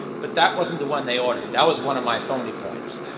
but that wasn't the one they ordered, that was one of my phoney points.